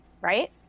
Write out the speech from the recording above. Right